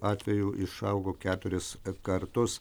atvejų išaugo keturis kartus